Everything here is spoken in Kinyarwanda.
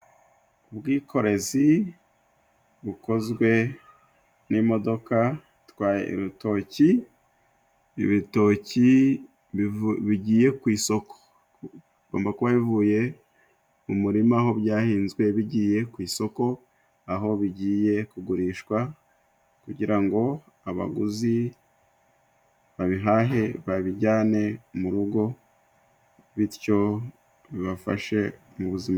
Ubwikorezi bukozwe n'imodoka itwaye urutoki, ibitoki bigiye ku isoko bigomba kuba ivuye mu murima aho byahinzwe bigiye ku isoko aho bigiye kugurishwa kugira ngo abaguzi babihahe, babijyane mu rugo bityo bibafashe muzima.